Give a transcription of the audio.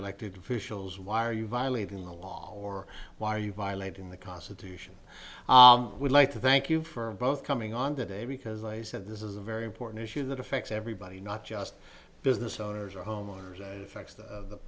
elected officials why are you violating the law or why are you violating the constitution we'd like to thank you for both coming on today because i said this is a very important issue that affects everybody not just business owners or homeowners and effects of the